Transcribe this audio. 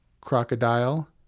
crocodile